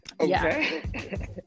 okay